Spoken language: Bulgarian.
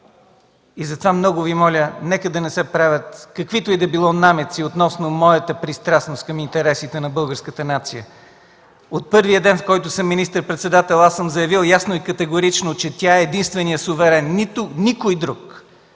Затова много Ви моля – нека да не се правят каквито и да били намеци относно моята пристрастност към интересите на българската нация! От първия ден, от който съм министър-председател, аз съм заявил ясно и категорично, че тя е единственият суверен – никой друг!